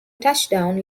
touchdown